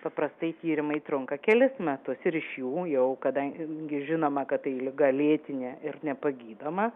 paprastai tyrimai trunka kelis metus ir iš jų jau kadangi žinoma kad tai liga lėtinė ir nepagydoma